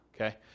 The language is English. okay